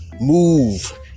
move